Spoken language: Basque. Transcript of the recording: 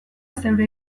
zeure